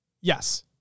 Yes